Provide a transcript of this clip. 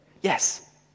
Yes